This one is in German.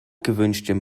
gewünschtem